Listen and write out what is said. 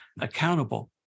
accountable